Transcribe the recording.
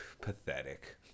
pathetic